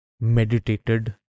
meditated